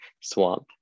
swamp